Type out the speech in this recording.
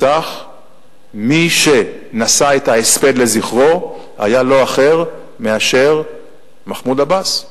מי שנשא את ההספד לזכרו היה לא אחר מאשר מחמוד עבאס.